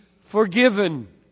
forgiven